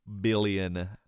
billion